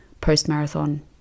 post-marathon